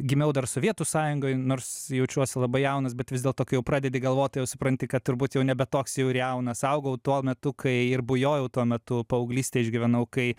gimiau dar sovietų sąjungoj nors jaučiuosi labai jaunas bet vis dėlto kai jau pradedi galvoti jau supranti kad turbūt jau nebe toks jau ir jaunas augau tuo metu kai ir bujojau tuo metu paauglystę išgyvenau kai